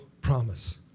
promise